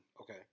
Okay